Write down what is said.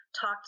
talk